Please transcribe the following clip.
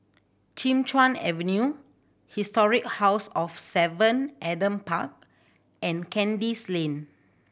Kim Chuan Avenue Historic House of Seven Adam Park and Kandis Lane